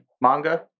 manga